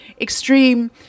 extreme